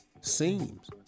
Seems